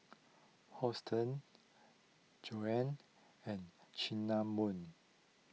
Hortense Joan and Cinnamon